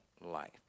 life